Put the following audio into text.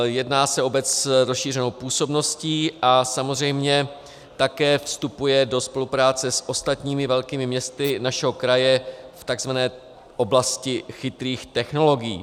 Jedná se o obec s rozšířenou působností a samozřejmě také vstupuje do spolupráce s ostatními velkými městy našeho kraje v tzv. oblasti chytrých technologií.